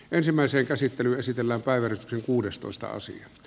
ensimmäisen käsittely esitellä päivän kuudestoista osia